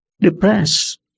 Depressed